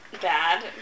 bad